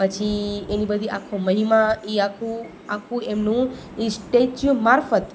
પછી એનો બધો આખો મહિમા એ આખું આખું એમનું એ સ્ટેચ્યુ મારફત